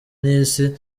n’isi